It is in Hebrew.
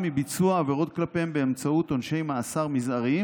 מביצוע עבירות כלפיהם באמצעות עונשי מאסר מזעריים,